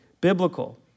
biblical